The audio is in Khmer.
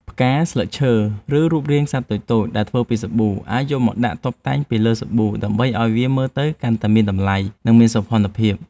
ផ្កា ស្លឹកឈើ ឬរូបរាងសត្វតូចៗដែលធ្វើពីសាប៊ូ អាចយកមកដាក់តុបតែងពីលើសាប៊ូដើម្បីឱ្យវាមើលទៅកាន់តែមានតម្លៃ និងមានសោភ័ណភាព។